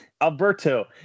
Alberto